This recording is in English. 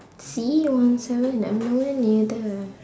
see one seven I'm no where near there ah